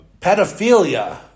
pedophilia